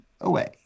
away